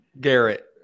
Garrett